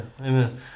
amen